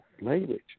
language